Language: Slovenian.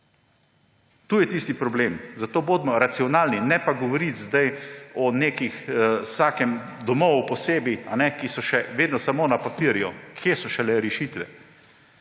To je tisti problem. Zato bodimo racionalni, ne pa govoriti sedaj o vsakem domu posebej, ki so še vedno samo na papirju, kje so šele rešitve.